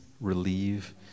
relieve